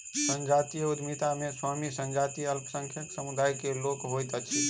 संजातीय उद्यमिता मे स्वामी संजातीय अल्पसंख्यक समुदाय के लोक होइत अछि